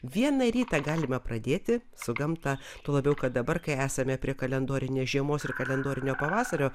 vieną rytą galime pradėti su gamta tuo labiau kad dabar kai esame prie kalendorinės žiemos ir kalendorinio pavasario